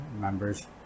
members